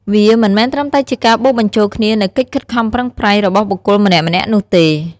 វាមិនមែនត្រឹមតែជាការបូកបញ្ចូលគ្នានូវកិច្ចខិតខំប្រឹងប្រែងរបស់បុគ្គលម្នាក់ៗនោះទេ។